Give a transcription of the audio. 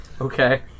Okay